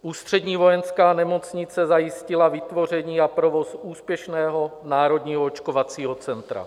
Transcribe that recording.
Ústřední vojenská nemocnice zajistila vytvoření a provoz úspěšného Národního očkovacího centra.